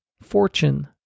fortune